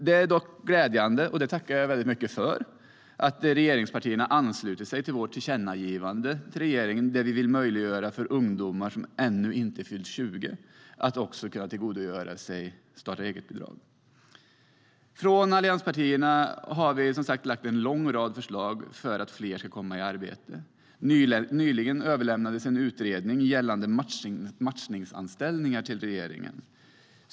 Det är dock glädjande - och jag tackar väldigt mycket för - att regeringspartierna ansluter sig till vårt tillkännagivande till regeringen om att vi vill möjliggöra även för ungdomar som ännu inte fyllt 20 år att kunna få starta-eget-bidrag. Allianspartierna har som sagt lagt fram en lång rad förslag för att fler ska komma i arbete. Nyligen överlämnades en utredning gällande matchningsanställningar till regeringen.